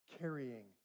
carrying